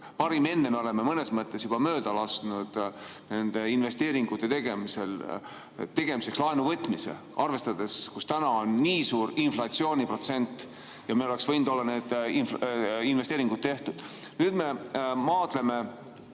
"Parim enne" me oleme mõnes mõttes juba mööda lasknud nende investeeringute tegemiseks laenu võtmisel. Praegu on nii suur inflatsiooniprotsent ja meil oleks võinud olla need investeeringud tehtud. Nüüd me maadleme